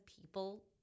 people—